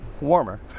warmer